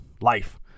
life